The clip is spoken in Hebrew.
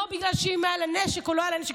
לא בגלל שהיה לה נשק או לא היה לה נשק.